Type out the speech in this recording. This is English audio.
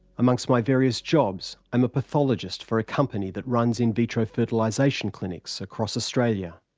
amongst my various jobs, i'm a pathologist for a company that runs in vitro fertilization clinics across australia.